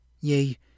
Yea